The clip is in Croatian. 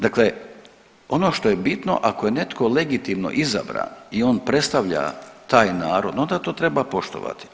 Dakle, ono što je bitno ako je netko legitimno izabran i on predstavlja taj narod, onda to treba poštovati.